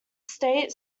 state